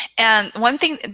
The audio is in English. and one thing,